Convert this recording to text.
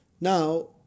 now